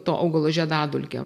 to augalo žiedadulkė